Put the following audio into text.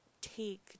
take